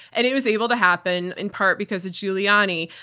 and it was able to happen in part because of giuliani.